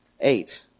Eight